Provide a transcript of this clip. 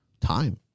time